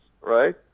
Right